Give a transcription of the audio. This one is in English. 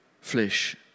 flesh